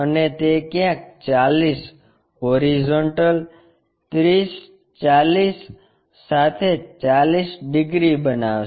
અને તે ક્યાંક 40 હોરિઝોન્ટલ 30 40 સાથે 40 ડિગ્રી બનાવશે